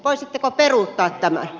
voisitteko peruuttaa tämän